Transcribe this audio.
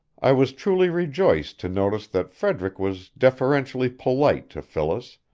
i was truly rejoiced to notice that frederick was deferentially polite to phyllis,